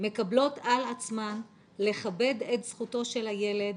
מקבלות על עצמן לכבד את זכותו של הילד,